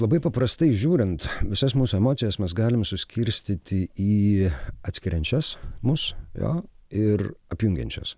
labai paprastai žiūrint visas mūsų emocijas mes galim suskirstyti į atskiriančias mus jo ir apjungiančios